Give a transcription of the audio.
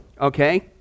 okay